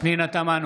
פנינה תמנו,